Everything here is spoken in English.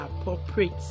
appropriate